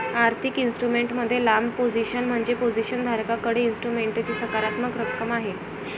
आर्थिक इन्स्ट्रुमेंट मध्ये लांब पोझिशन म्हणजे पोझिशन धारकाकडे इन्स्ट्रुमेंटची सकारात्मक रक्कम आहे